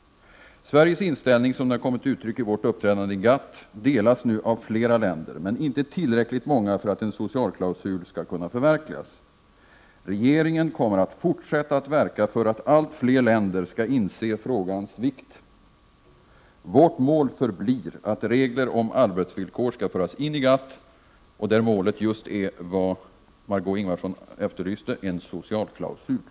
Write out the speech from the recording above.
Sveriges inställning som den har kommit till uttryck genom vårt uppträdande i GATT delas nu av flera länder men inte av tillräckligt många för att tanken på en socialklausul skall kunna förverkligas. Regeringen kommer att fortsätta att verka för att allt fler länder skall inse frågans vikt. Vårt mål förblir att regler om arbetsvillkor skall föras in i GATT. Därvid är målet just det som Margö Ingvardsson efterlyste, en socialklausul.